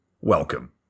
welcome